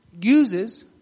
uses